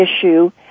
issue